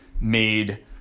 made